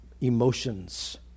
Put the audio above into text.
emotions